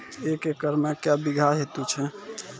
एक एकरऽ मे के बीघा हेतु छै?